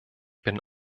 bin